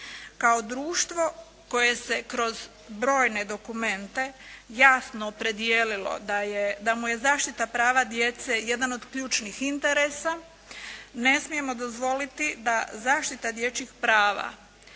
Kao društvo koje se broj brojne dokumente jasno opredijelilo da mu je zaštita prava djece jedan od ključnih interesa ne smijemo dozvoliti da zaštita dječjih prava